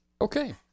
Okay